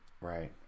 Right